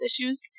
issues